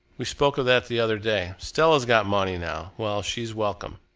we spoke of that the other day. stella's got money now. well, she's welcome.